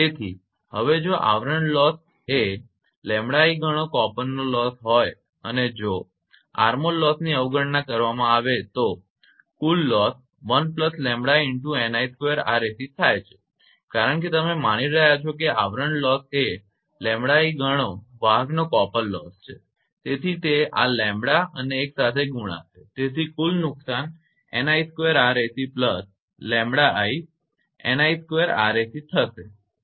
તેથી હવે જો આવરણ લોસ એ 𝜆𝑖 ઘણો વાહકનો કોપર લોસ હોય અને જો આર્મોર કવચ લોસની અવગણના કરવામાં આવે તો કુલ લોસ 1𝜆𝑖𝑛𝑖2𝑅𝑎𝑐 થાય છે કારણ કે તમે માની રહ્યા છો કે આવરણ લોસ એ 𝜆𝑖 ઘણો વાહકનો કોપર લોસ છે તેથી તે આ લેમ્બડા અને 1 સાથે ગુણાશે તેથી કુલ નુકસાન 𝑛𝑖2𝑅𝑎𝑐𝜆𝑖𝑛𝑖2𝑅𝑎𝑐 થશે